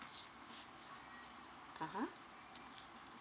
uh